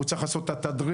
הוא צריך לעשות את התדריך,